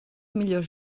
millors